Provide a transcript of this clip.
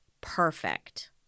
perfect